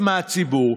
אדוני